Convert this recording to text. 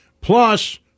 plus